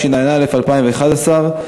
התשע"א 2011,